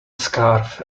scarf